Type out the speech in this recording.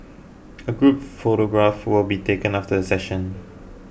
a group photograph will be taken after the session